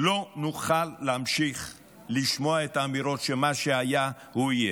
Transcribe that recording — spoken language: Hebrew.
לא נוכל להמשיך לשמוע את האמירות שמה שהיה הוא שיהיה.